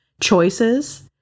choices